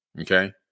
Okay